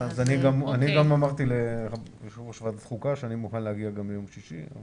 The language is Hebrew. אני גם אמרתי ליושב-ראש ועדת חוקה שאני מוכן להגיע גם ביום שישי.